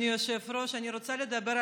אני רוצה לדבר,